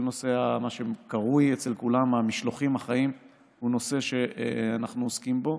כל הנושא שקרוי אצל כולם "המשלוחים החיים" הוא נושא שאנחנו עוסקים בו.